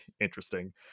interesting